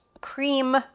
cream